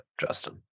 Justin